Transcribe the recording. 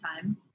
time